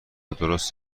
درست